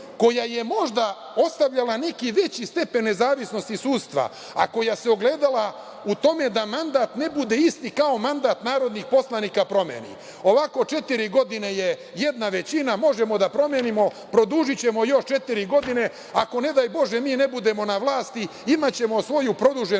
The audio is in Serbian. koja je možda ostavljala neki veći stepen nezavisnosti sudstva, a koja se ogledala u tome da mandat ne bude isti kao mandat narodnih poslanika, promeni. Ovako četiri godine je jedna većina, možemo da promenimo, produžićemo još četiri godine, ako ne daj bože mi ne budemo na vlasti imaćemo svoju produženu